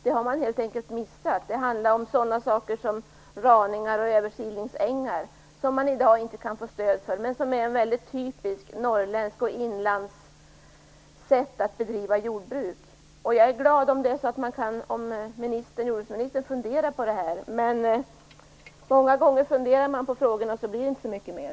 Det har man helt enkelt missat. Det handlar om sådana saker som raningar och översilningsängar som man i dag inte kan få stöd för men som är ett mycket typiskt norrländskt och inlandssätt att bedriva jordburk. Jag vore glad om jordbruksministern funderade på detta. Men många gånger funderar man på frågorna, och sedan blir det inte mycket mer.